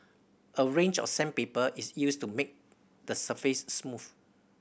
a range of sandpaper is used to make the surface smooth